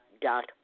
dot